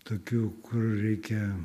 tokių kur reikia